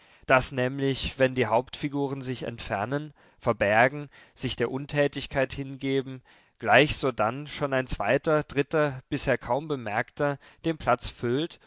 daß nämlich wenn die hauptfiguren sich entfernen verbergen sich der untätigkeit hingeben gleich sodann schon ein zweiter dritter bisher kaum bemerkter den platz füllt